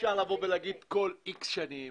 אפשר לבוא ולהגיד: כל איקס שנים,